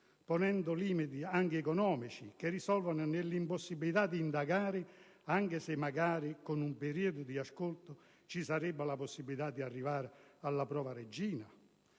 ponendo limiti anche economici che si risolvono nell'impossibilità di indagare anche se magari, con un ultimo periodo di ascolti, ci sarebbe la possibilità di arrivare alla prova regina?